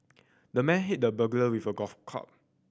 the man hit the burglar with a golf club